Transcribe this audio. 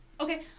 Okay